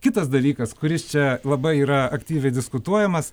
kitas dalykas kuris čia labai yra aktyviai diskutuojamas